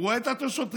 הוא רואה את השוטרים,